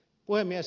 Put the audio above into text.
puhemies